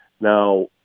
Now